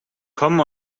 kommen